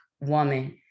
woman